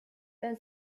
then